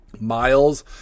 Miles